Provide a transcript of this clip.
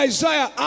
Isaiah